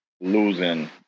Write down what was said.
losing